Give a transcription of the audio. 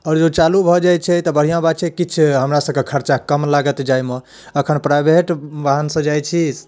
आओर जँ चालू भऽ जाइ छै तऽ बढ़िआँ बात छै किछु हमरासभके खरचा कम लागत जाइमे एखन प्राइवेट वाहनसँ जाइ छी